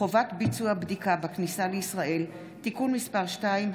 (חובת ביצוע בדיקה בכניסה לישראל) (תיקון מס' 2),